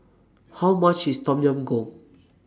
How much IS Tom Yam Goong